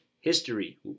history